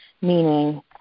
meaning